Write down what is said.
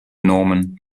norman